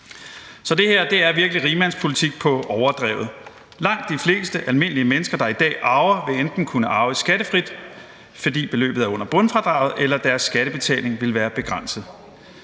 Så det her er virkelig rigmandspolitik på overdrevet. Langt de fleste almindelige mennesker, der i dag arver, vil enten kunne arve skattefrit, fordi beløbet er under bundfradraget, eller deres skattebetaling vil være begrænset.